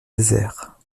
désert